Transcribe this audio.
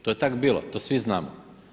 To je tak bilo, to svi znamo.